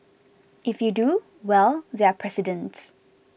if you do well there are precedents